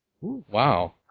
Wow